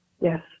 Yes